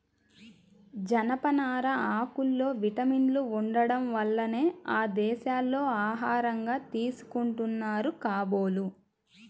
జనపనార ఆకుల్లో విటమిన్లు ఉండటం వల్లనే ఆ దేశాల్లో ఆహారంగా తీసుకుంటున్నారు కాబోలు